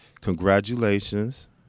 congratulations